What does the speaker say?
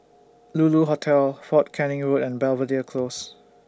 Lulu Hotel Fort Canning Road and Belvedere Close